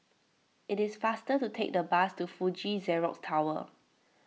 it is faster to take the bus to Fuji Xerox Tower